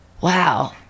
Wow